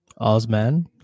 Ozman